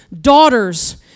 daughters